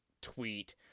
tweet